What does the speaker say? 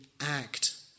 act